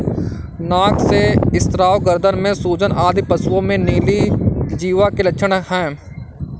नाक से स्राव, गर्दन में सूजन आदि पशुओं में नीली जिह्वा के लक्षण हैं